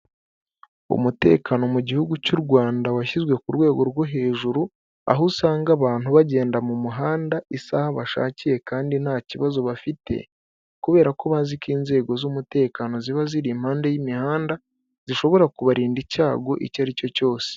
Umutekano mu gihugu cy'u Rwanda washyizwe ku rwego rwo hejuru, aho usanga abantu bagenda mu muhanda isaha bashakiye kandi nta kibazo bafite ,kubera ko bazi ko inzego z'umutekano ziba ziri impande y'imihanda, zishobora kubarinda icyago icyo aricyo cyose.